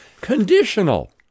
Conditional